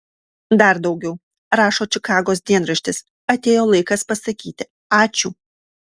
dar daugiau rašo čikagos dienraštis atėjo laikas pasakyti ačiū